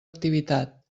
activitat